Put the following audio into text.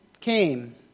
came